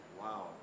Wow